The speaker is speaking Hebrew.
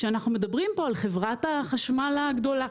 כשאנחנו מדברים פה על חברת החשמל הגדולה.